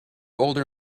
older